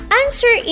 answer